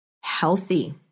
healthy